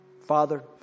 Father